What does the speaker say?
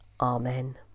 Amen